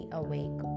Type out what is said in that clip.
awake